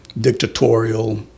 dictatorial